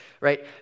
right